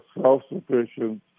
Self-sufficient